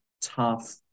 tough